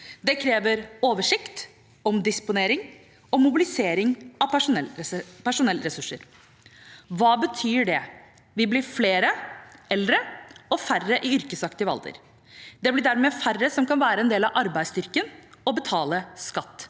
Det krever oversikt, omdisponering og mobilisering av personellressurser. Hva betyr det? Vi blir flere eldre og færre i yrkesaktiv alder. Det blir dermed færre som kan være en del av arbeidsstyrken og betale skatt.